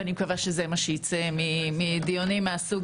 ואני מקווה שזה מה שייצא מדיונים מהסוג